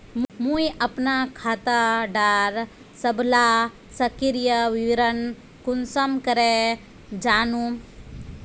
मुई अपना खाता डार सबला सक्रिय विवरण कुंसम करे जानुम?